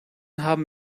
haben